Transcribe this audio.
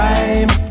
Time